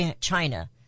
China